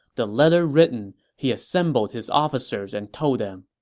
the letter written, he assembled his officers and told them,